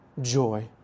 joy